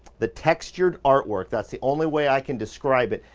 the textured artwork. that's the only way i can describe it.